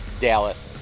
Dallas